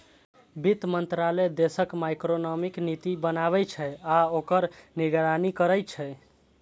वित्त मंत्रालय देशक मैक्रोइकोनॉमिक नीति बनबै छै आ ओकर निगरानी करै छै